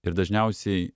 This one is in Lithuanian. ir dažniausiai